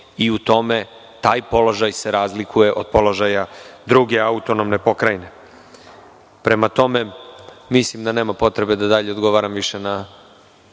i u tome se taj položaj razlikuje od položaja druge autonomne pokrajine. Mislim da nema potrebe da dalje odgovaram na